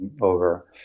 over